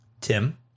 Tim